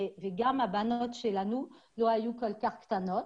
וגם הבנות שלנו לא היו כל כך קטנות